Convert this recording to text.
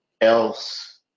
else